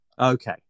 okay